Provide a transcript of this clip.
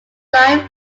life